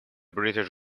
british